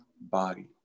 body